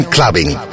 Clubbing